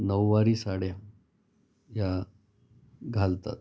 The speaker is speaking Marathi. नऊवारी साड्या ह्या घालतात